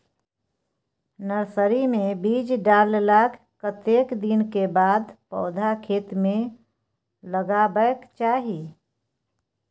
Nursery मे बीज डाललाक कतेक दिन के बाद पौधा खेत मे लगाबैक चाही?